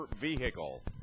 vehicle